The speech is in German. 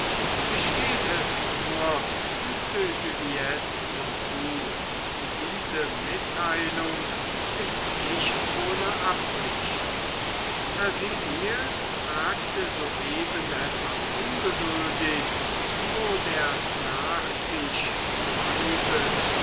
gestehe es nur fügte juliette hinzu diese mitteilung ist nicht ohne absicht hersilie fragte soeben etwas ungeduldig wo der nachtisch bleibe